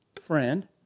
friend